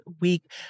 week